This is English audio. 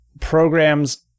programs